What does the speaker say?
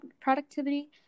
productivity